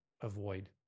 avoid